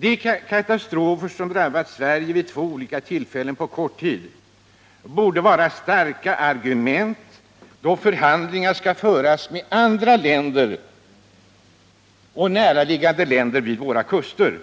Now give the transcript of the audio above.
De katastrofer som drabbat Sverige vid två tillfällen på kort tid borde vara starka argument då förhandlingar skall föras med andra näraliggande kustländer